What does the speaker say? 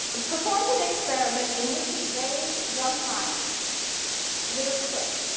performed an experiment in which he raised young mice with a click,